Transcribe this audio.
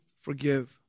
forgive